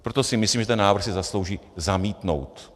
Proto si myslím, že ten návrh si zaslouží zamítnout.